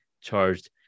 charged